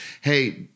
Hey